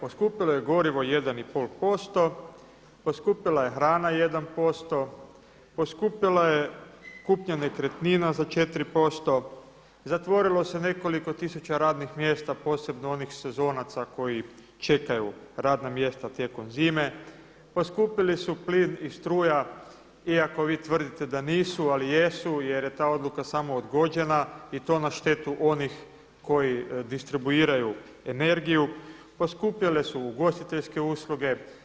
Poskupilo je gorivo 1,5%, poskupila je hrana 1%, poskupila je kupnja nekretnina za 4%, zatvorilo se nekoliko tisuća radnih mjesta, posebno onih sezonaca koji čekaju radna mjesta tijekom zime, poskupili su plin i struja iako vi tvrdite da nisu, ali jesu jer je ta odluka samo odgođena i to na štetu onih koji distribuiraju energiju, poskupjele su ugostiteljske usluge.